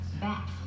back